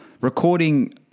recording